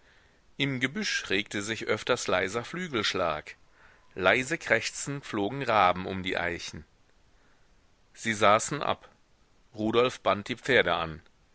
im gebüsch regte sich öfters leiser flügelschlag leise krächzend flogen raben um die eichen sie saßen ab rudolf band die pferde an